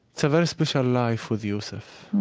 so very special life with yusef.